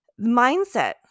Mindset